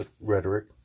rhetoric